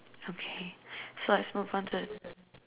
okay so I move on to the